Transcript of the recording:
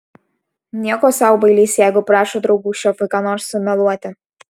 nieko sau bailys jeigu prašo draugų šefui ką nors sumeluoti